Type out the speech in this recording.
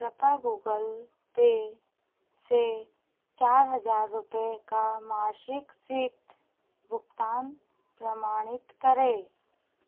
कृपया Google Pay से चार हज़ार रुपये का मासिक सिप भुगतान प्रमाणित करें